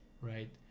right